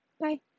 Bye